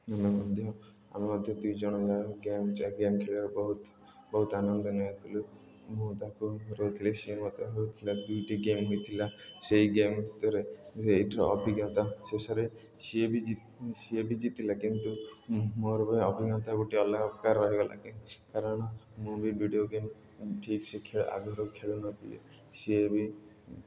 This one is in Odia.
ଆମେ ମଧ୍ୟ ଆମେ ମଧ୍ୟ ଦୁଇ ଜଣ ଗେମ୍ ଗେମ୍ ଖେଳିବାକୁ ବହୁତ ବହୁତ ଆନନ୍ଦ ନେଉଥିଲୁ ମୁଁ ତାକୁ ସିଏ ମୋତେ ଦୁଇଟି ଗେମ୍ ହୋଇଥିଲା ସେଇ ଗେମ୍ ଭିତରେ ସେଇଠିର ଅଭିଜ୍ଞତା ଶେଷରେ ସିଏ ବି ଜିତ୍ ସିଏ ବି ଜିତିଲା କିନ୍ତୁ ମୋର ପାଇଁ ଅଭିଜ୍ଞତା ଗୋଟେ ଅଲଗା ପ୍ରକାର ରହିଗଲା କାରଣ ମୁଁ ବି ଭିଡ଼ିଓ ଗେମ୍ ଠିକ୍ସେ ଆଗରୁ ଖେଳୁନ ଥିଲି ସିଏ ବି